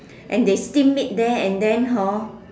and they steam it there and then hor